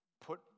put